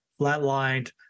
Flatlined